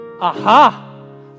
aha